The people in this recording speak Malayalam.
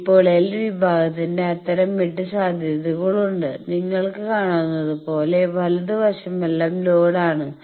ഇപ്പോൾ എൽ വിഭാഗത്തിന്റെ അത്തരം 8 സാധ്യതകൾ ഉണ്ട് നിങ്ങൾക്ക് കാണാവുന്നത് പോലെ വലത് വശമെല്ലാം ലോഡ് ആണ്